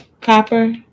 copper